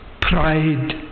pride